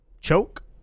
choke